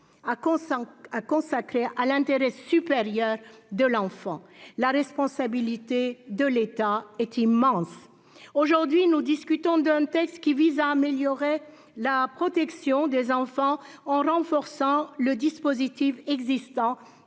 à consacrer à l'intérêt supérieur de l'enfant ? La responsabilité de l'État est immense. Aujourd'hui, nous discutons d'un texte qui vise à améliorer la protection des enfants en renforçant le dispositif existant